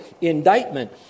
indictment